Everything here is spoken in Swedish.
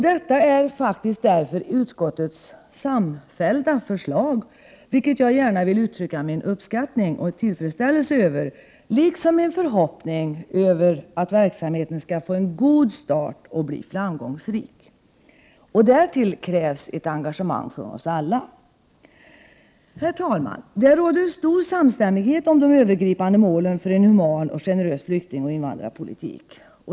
Detta är faktiskt utskottets samfällda förslag, vilket jag gärna vill uttrycka min uppskattning och tillfredsställelse över, liksom min förhoppning att verksamheten skall få en god start och bli framgångsrik. Därtill krävs ett engagemang från oss alla. Herr talman! Det råder stor samstämmighet om de övergripande målen för en human och generös flyktingoch invandrarpolitik.